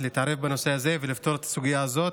להתערב בנושא הזה ולפתור את הסוגיה הזאת,